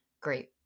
great